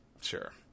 sure